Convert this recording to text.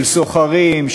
של סוחרים,